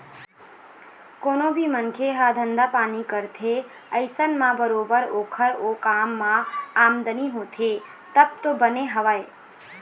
कोनो भी मनखे ह धंधा पानी करथे अइसन म बरोबर ओखर ओ काम म आमदनी होथे तब तो बने हवय